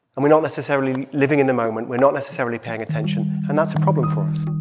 and we're not necessarily living in the moment. we're not necessarily paying attention. and that's a problem for us